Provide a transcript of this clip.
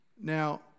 Now